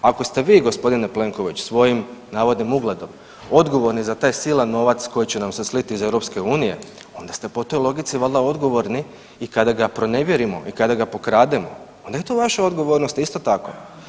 Ako ste vi, g. Plenković, svojim navodnim ugledom odgovorni za taj silan novac koji će nam se sliti iz EU, onda ste po toj logici valjda odgovorni i kada ga pronevjerimo i kada ga pokrademo, onda je to vaša odgovornost isto tako.